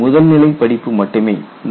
இது முதல் நிலை படிப்பு மட்டுமே